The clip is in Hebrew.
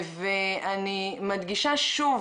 אני מדגישה שוב